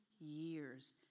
years